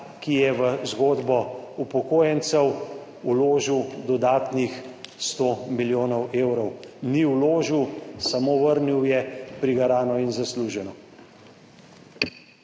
ki je v zgodbo upokojencev vložil dodatnih 100 milijonov evrov. Ni vložil, samo vrnil je prigarano in zasluženo.